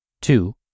Two